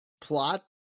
plot